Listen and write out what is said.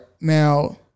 now